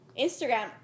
Instagram